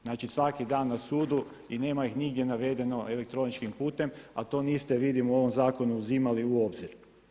Znači svaki dan na sudu i nema ih nigdje navedeno elektroničkim putem a to niste vidim u ovom zakonu uzimali u obzir.